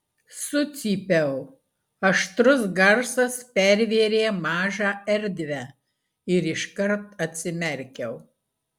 sucypiau aštrus garsas pervėrė mažą erdvę ir iškart atsimerkiau